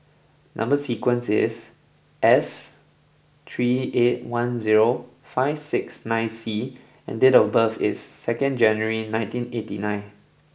number sequence is S three eight one zero five six nine C and date of birth is second January nineteen eighty nine